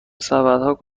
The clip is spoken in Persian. سبدها